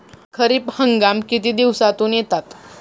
खरीप हंगाम किती दिवसातून येतात?